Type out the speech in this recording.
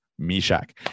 Mishak